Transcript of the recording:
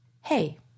Hey